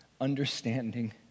understanding